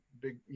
big